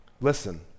Listen